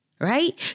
right